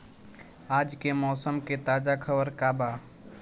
आज के मौसम के ताजा खबर का बा?